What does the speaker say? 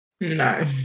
No